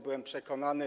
Byłem przekonany.